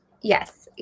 Yes